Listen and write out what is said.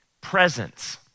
presence